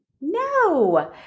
no